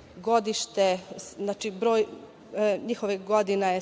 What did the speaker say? programu, znači da je broj godina